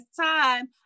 time